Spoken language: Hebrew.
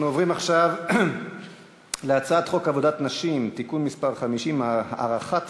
אנחנו עוברים עכשיו להצעת חוק עבודת נשים (תיקון מס' 50) (הארכת